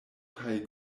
kaj